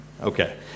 Okay